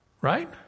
Right